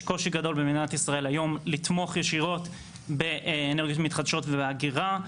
יש קושי גדול במדינת ישראל היום לתמוך ישירות באנרגיות מתחדשות ובאגירה.